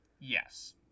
Yes